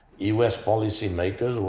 us policy makers,